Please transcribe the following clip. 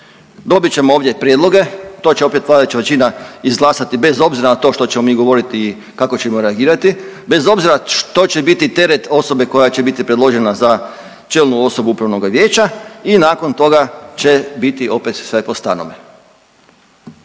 dobit ćemo ovdje prijedloge, to će opet vladajuća većina izglasati bez obzira na to što ćemo mi govoriti i kako ćemo reagirati, bez obzira što će biti teret osobe koja će biti predložena za čelnu osobu upravnoga vijeća i nakon toga će biti opet sve po starome.